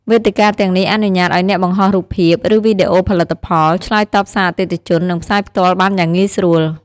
វេទិកាទាំងនេះអនុញ្ញាតឱ្យអ្នកបង្ហោះរូបភាព ឬវីដេអូផលិតផល ឆ្លើយតបសារអតិថិជន និងផ្សាយផ្ទាល់បានយ៉ាងងាយស្រួល។